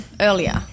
earlier